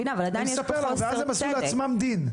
המוסדות עשו לעצמם דין,